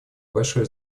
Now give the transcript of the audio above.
большое